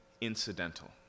incidental